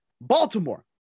Baltimore